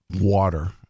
water